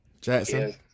Jackson